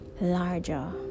larger